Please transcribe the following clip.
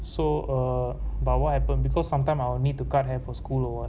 so err but what happened because sometime I will need to cut hair for school or what what